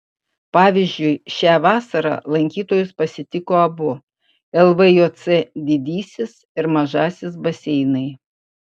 pavyzdžiui šią vasarą lankytojus pasitiko abu lvjc didysis ir mažasis baseinai